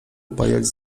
upajać